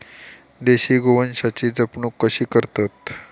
देशी गोवंशाची जपणूक कशी करतत?